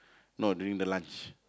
no during the lunch